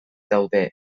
daude